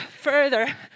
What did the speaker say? further